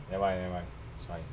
nevermind nevermind it's fine